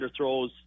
underthrows